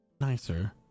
Nicer